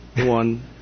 One